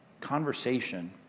conversation